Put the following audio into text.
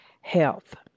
health